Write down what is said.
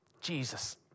Jesus